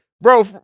Bro